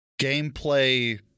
gameplay